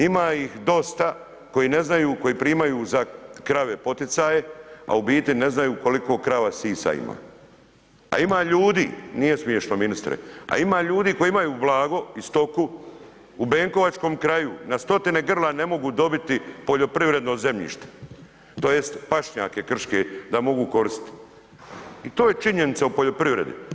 Ima ih dosta koji ne znaju koji primaju za krave poticaj, a u biti ne znaju koliko krava sisa ima, a ima ljudi, nije smiješno ministre, a ima ljudi koji imaju blago i stoku u Benkovačkom kraju na stotine grla ne mogu dobiti poljoprivredno zemljište tj. pašnjake krške da mogu koristiti i to je činjenica o poljoprivredi.